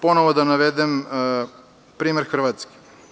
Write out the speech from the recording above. Ponovo ću da navedem primer Hrvatske.